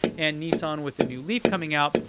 and nissan with the new leaf coming out,